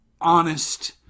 honest